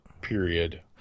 period